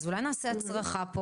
אז אולי נעשה צרחה פה?